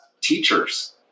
teachers